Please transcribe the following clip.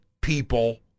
people